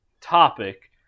topic